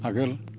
आगोल